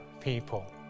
people